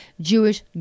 Jewish